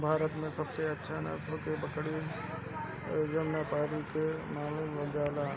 भारत में सबसे अच्छा नसल के बकरी जमुनापारी के मानल जाला